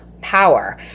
power